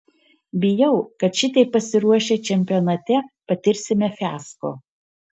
bijau kad šitaip pasiruošę čempionate patirsime fiasko